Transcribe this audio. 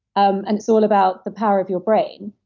um and it's all about the power of your brain,